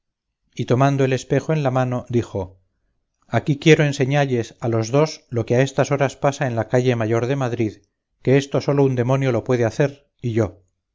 y tomando el espejo en la mano dijo aquí quiero enseñalles a los dos lo que a estas horas pasa en la calle mayor de madrid que esto sólo un demonio lo puede hacer y yo